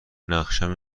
نقشم